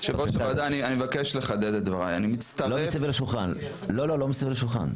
לא מסביב לשולחן, לא מסביב לשולחן.